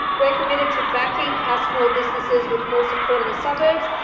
we're committed to backing our small businesses with more support in the suburbs,